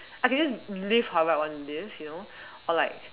I can just live however I want to live you know or like